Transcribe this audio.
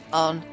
on